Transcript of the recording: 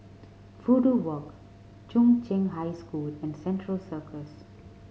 Fudu Walk Chung Cheng High School and Central Circus